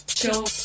show